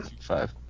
five